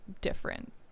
different